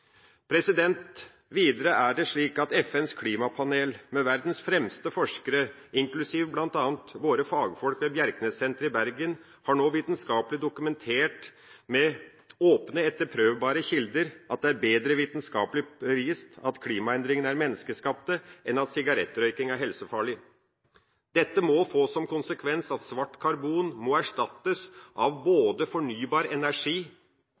Videre er det slik at FNs klimapanel, med verdens fremste forskere, inklusive bl.a. våre fagfolk ved Bjerknessenteret i Bergen, nå har vitenskapelig dokumentert, med åpne, etterprøvbare kilder, at det er bedre vitenskapelig bevist at klimaendringene er menneskeskapte enn at sigarettrøyking er helsefarlig. Dette må få som konsekvens at svart karbon må erstattes av både fornybar energi